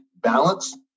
balance